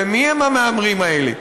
ומי הם המהמרים האלה?